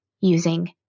using